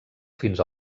fins